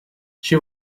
she